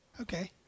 okay